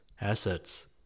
assets